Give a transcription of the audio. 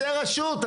זאת רשות,